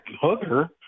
hooker